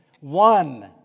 One